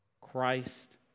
Christ